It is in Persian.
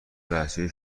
لحظه